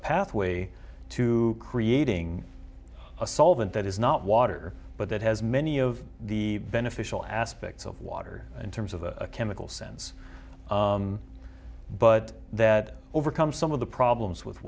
pathway to creating a solvent that is not water but that has many of the beneficial aspects of water in terms of a chemical sense but that overcome some of the problems with